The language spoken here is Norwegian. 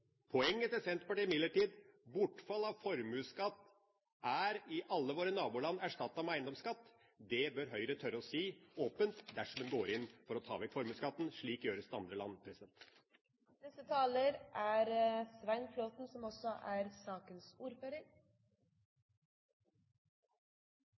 Poenget til Senterpartiet er imidlertid at bortfall av formuesskatt i alle våre naboland er erstattet med eiendomsskatt. Det bør Høyre tørre å si åpent, dersom en går inn for å ta vekk formuesskatten, at slik gjøres det i andre land. Jeg er enig med representanten Lundteigen i mye. Han er også enig med partiet Høyre, som